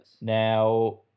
Now